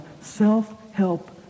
self-help